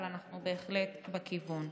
אבל אנחנו בהחלט בכיוון.